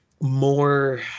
more